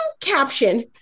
caption